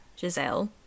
Giselle